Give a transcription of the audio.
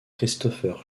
christopher